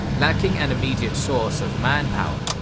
lacking an immediate source of manpower,